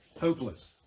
hopeless